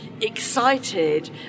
excited